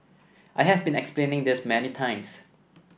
I have been explaining this many times